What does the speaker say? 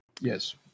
Yes